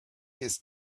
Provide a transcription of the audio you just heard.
his